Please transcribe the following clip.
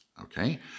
Okay